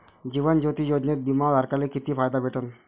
जीवन ज्योती योजनेत बिमा धारकाले किती फायदा भेटन?